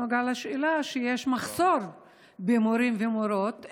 בנוגע לשאלה של המחסור במורים ומורות,